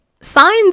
signs